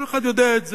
כל אחד יודע את זה.